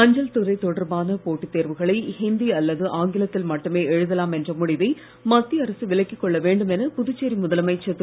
அஞ்சல் துறை தொடர்பான போட்டித் தேர்வுகளை இந்தி அல்லது ஆங்கிலத்தில் மட்டுமே எழுதலாம் என்ற முடிவை மத்திய அரசு விலக்கிக் கொள்ள வேண்டும் என புதுச்சேரி முதலமைச்சர் திரு